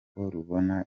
rubona